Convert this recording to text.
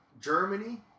Germany